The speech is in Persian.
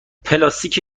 پلاستیک